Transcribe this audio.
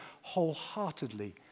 wholeheartedly